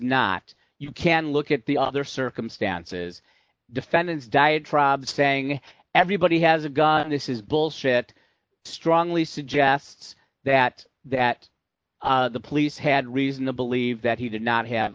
not you can look at the other circumstances defendants diatribe saying everybody has a gun this is bullshit strongly suggests that that the police had reason to believe that he did not have